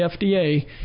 FDA